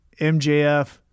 MJF